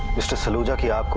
mr. saluja ah